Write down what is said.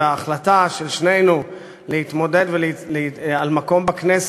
וההחלטה של שנינו להתמודד על מקום בכנסת,